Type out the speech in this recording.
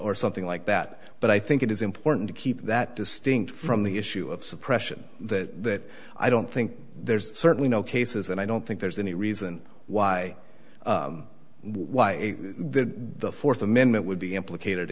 or something like that but i think it is important to keep that distinct from the issue of suppression that i don't think there's certainly no cases and i don't think there's any reason why why the fourth amendment would be implicated